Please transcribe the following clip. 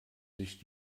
sich